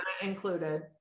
Included